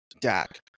Dak